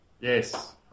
Yes